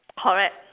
correct